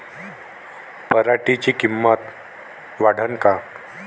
पराटीची किंमत वाढन का?